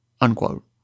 unquote